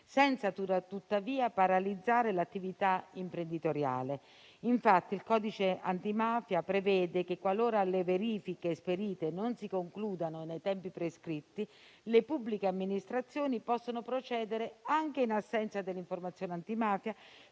senza tuttavia paralizzare l'attività imprenditoriale. Infatti il codice antimafia prevede che, qualora le verifiche esperite non si concludano nei tempi prescritti, le pubbliche amministrazioni possono procedere anche in assenza delle informazioni antimafia,